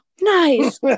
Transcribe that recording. Nice